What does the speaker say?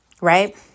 Right